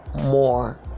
more